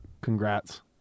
Congrats